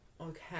Okay